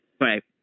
Right